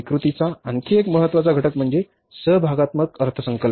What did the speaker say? स्वीकृतीचा आणखी एक महत्त्वाचा घटक म्हणजे सहभागात्मक अर्थसंकल्प